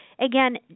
again